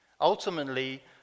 Ultimately